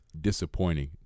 disappointing